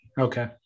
okay